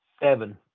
Seven